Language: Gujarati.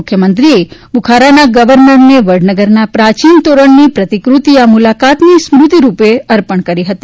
મુખ્યમંત્રીશ્રીએ બુખારાના ગર્વનર ને વડનગરના પ્રાચીન તોરણની પ્રતિકૃતિ આ મૂલાકાતની સ્મૃતિ રૃપે અર્પણ કરી હતી